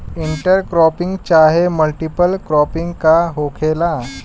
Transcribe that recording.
Inter cropping चाहे multiple cropping का होखेला?